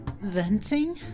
venting